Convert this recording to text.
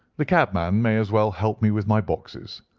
the cabman may as well help me with my boxes.